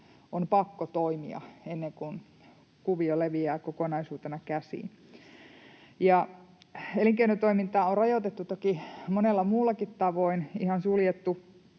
on pakko toimia ennen kuin kuvio leviää kokonaisuutena käsiin. Elinkeinotoimintaa on rajoitettu toki monella muullakin tavoin, ihan suljettu,